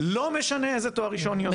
לא משנה איזה תואר ראשון היא עושה?